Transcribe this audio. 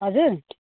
हजुर